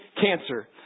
cancer